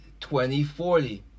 2040